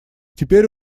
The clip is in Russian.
теперь